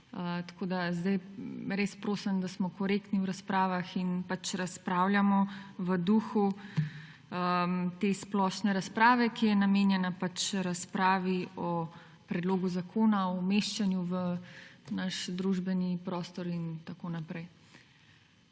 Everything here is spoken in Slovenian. Res prosim, da smo korektni v razpravah in pač razpravljamo v duhu te splošne razprave, ki je namenjena razpravi o predlogu zakona o umeščanju v naš družbeni prostor in tako naprej.